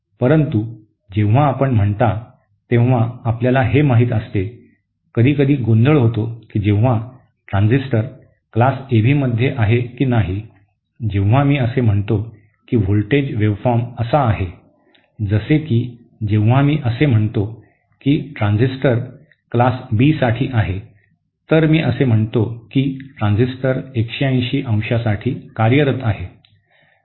परंतु जेव्हा आपण म्हणता तेव्हा आपल्याला हे माहित असते कधीकधी गोंधळ होतो की जेव्हा ट्रान्झिस्टर वर्ग एबी मध्ये आहे की नाही जेव्हा मी असे म्हणतो की व्होल्टेज वेव्हफॉर्म असा आहे जसे की जेव्हा मी असे म्हणतो की ट्रान्झिस्टर वर्ग बी साठी आहे तर मी असे म्हणतो की ट्रान्झिस्टर 180 अंशासाठी कार्यरत आहे